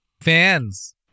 Fans